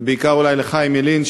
ובעיקר אולי לחיים ילין,